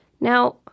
Now